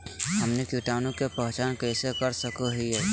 हमनी कीटाणु के पहचान कइसे कर सको हीयइ?